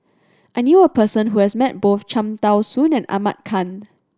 I knew a person who has met both Cham Tao Soon and Ahmad Khan